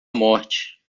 morte